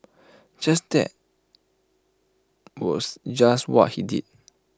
just that was just what he did